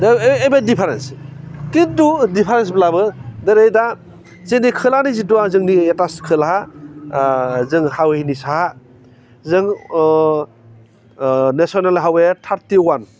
दा बे डिपारेन्स खिन्थु डिफारेन्सबाबो जेरै दा जोंनि खोलानि जिथु आं जोंनि एटास खोलाहा जों हाउलिनि साहा जों नेस'नेल हाइवे थारटि वान